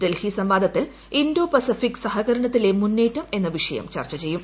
ഡൽഹി സംവാദത്തിൽ Indo Pacific സഹകരണ്ണത്തിലെ മുന്നേറ്റം എന്ന വിഷയം ചർച്ച ചെയ്യും